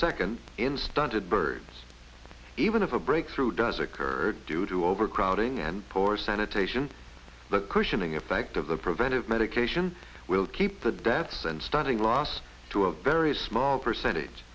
second in stunted birds even if a breakthrough does occur due to overcrowding and poor sanitation the cushioning effect of the preventive medication will keep the deaths and starting loss to a very small percentage